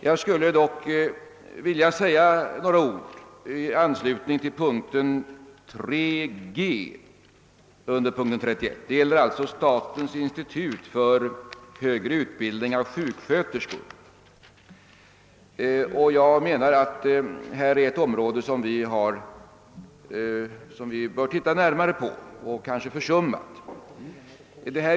Jag vill dock säga några ord i anslutning till mom. 3 g under punkt 31, som gäller statens institut för högre utbildning av sjuksköterskor . Jag menar att detta är ett område som vi bör se närmare på och som vi kanske har försummat.